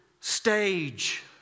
stage